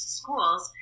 schools